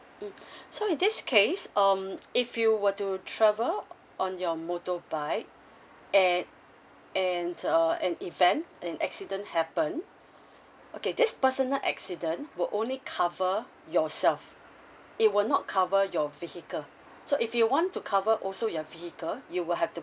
mm so in this case um if you were to travel on your motorbike and and uh an event an accident happen okay this personal accident will only cover yourself it will not cover your vehicle so if you want to cover also your vehicle you will have to